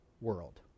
world